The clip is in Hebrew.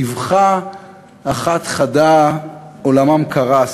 באבחה אחת חדה עולמם קרס.